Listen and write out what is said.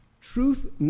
Truth